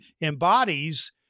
embodies